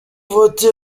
hotel